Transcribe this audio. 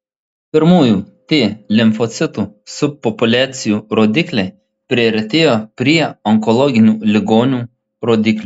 pirmųjų t limfocitų subpopuliacijų rodikliai priartėjo prie onkologinių ligonių rodiklių